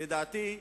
לדעתי,